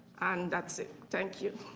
and that's it. thank you.